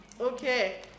okay